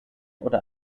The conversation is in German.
oder